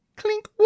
Clink